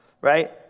Right